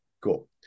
cool